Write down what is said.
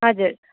हजुर